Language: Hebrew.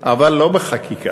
אבל לא בחקיקה,